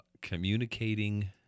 communicating